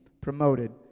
promoted